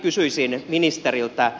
kysyisin ministeriltä